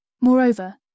Moreover